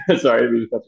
Sorry